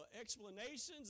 explanations